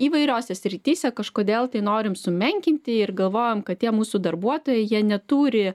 įvairiose srityse kažkodėl tai norim sumenkinti ir galvojam kad tie mūsų darbuotojai jie neturi